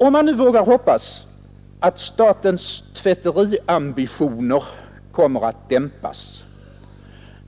Om man nu vågar hoppas att statens tvätteriambitioner kommer att dämpas,